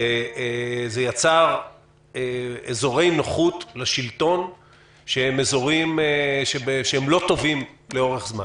זה יצר אזורי נוחות לשלטון שהם אזורים לא טובים לאורך זמן.